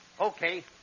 Okay